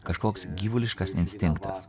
kažkoks gyvuliškas instinktas